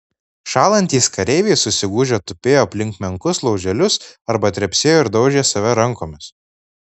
šąlantys kareiviai susigūžę tupėjo aplink menkus lauželius arba trepsėjo ir daužė save rankomis